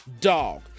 dog